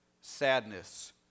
sadness